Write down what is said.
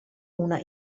una